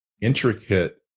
intricate